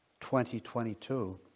2022